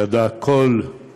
יואב ארבל, שידע כל פסיק,